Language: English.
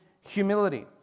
humility